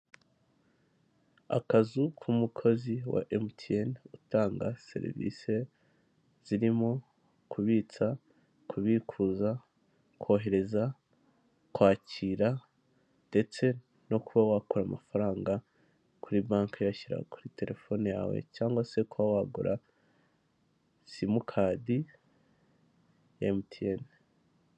Akazu k'umukozi wa MTN utanga serivise zirimo kubitsa, kubikuza, kohereza, kwakira ndetse no kuba wakura amafaranga kuri banki uyashyira kuri terefone yawe cyangwa se kuba wagura simukadi ya MTN.